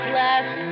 last